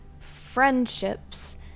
friendships